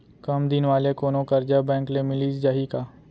कम दिन वाले कोनो करजा बैंक ले मिलिस जाही का?